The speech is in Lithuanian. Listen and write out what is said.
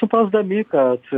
suprasdami kad